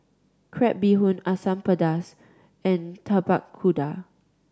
crab bee hoon Asam Pedas and Tapak Kuda